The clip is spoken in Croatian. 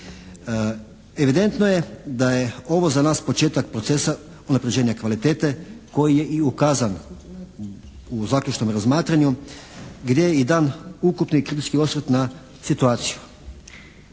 Evidentno je da je ovo za nas početak procesa unapređenje kvalitete koji je i ukazan u zaključnom razmatranju gdje je i dan ukupan kritički osvrt na situaciju